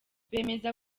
bemeza